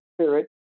spirit